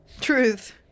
Truth